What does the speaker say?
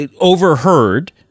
Overheard